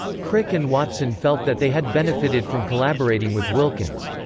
crick and watson felt that they had benefited from collaborating with wilkins.